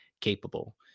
capable